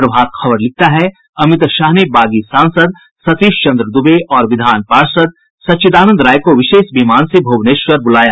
प्रभात खबर लिखता है अमित शाह ने बागी सांसद सतीश चन्द्र दूबे और विधान पार्षद सच्चिदानंद राय को विशेष विमान से भुवनेश्वर बुलाया